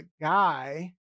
guy